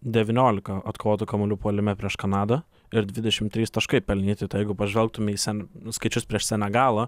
devyniolika atkovotų kamuolių puolime prieš kanadą ir dvidešim trys taškai pelnyti tai jeigu pažvelgtume į sen skaičius prieš senegalą